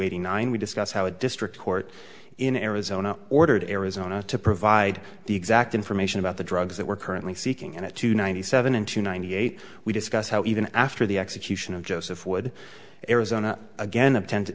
eighty nine we discussed how a district court in arizona ordered arizona to provide the exact information about the drugs that were currently seeking and up to ninety seven and to ninety eight we discussed how even after the execution of joseph would arizona again intend